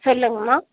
சொல்லுங்கம்மா